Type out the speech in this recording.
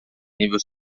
nível